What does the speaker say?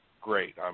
Great